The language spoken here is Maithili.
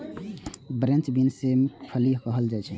फ्रेंच बीन के सेमक फली कहल जाइ छै